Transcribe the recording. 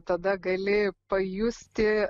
tada gali pajusti